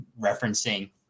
referencing